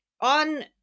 on